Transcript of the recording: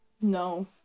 no